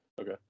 okay